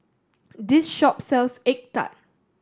this shop sells egg tart